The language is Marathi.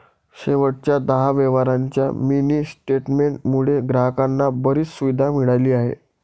शेवटच्या दहा व्यवहारांच्या मिनी स्टेटमेंट मुळे ग्राहकांना बरीच सुविधा मिळाली आहे